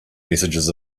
messages